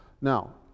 Now